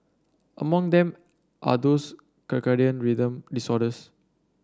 among them are those circadian rhythm disorders